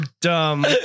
dumb